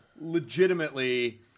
legitimately